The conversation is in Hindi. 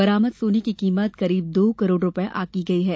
बरामद सोने की कीमत करीब दो करोड़ रूपये आंकी गई है